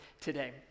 today